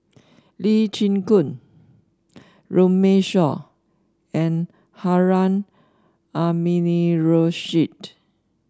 Lee Chin Koon Runme Shaw and Harun Aminurrashid